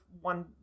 one